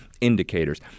indicators